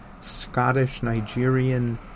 Scottish-Nigerian